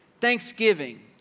Thanksgiving